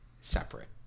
separate